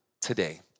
today